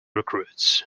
recruits